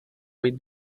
mít